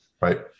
Right